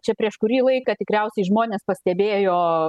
čia prieš kurį laiką tikriausiai žmonės pastebėjo